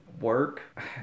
work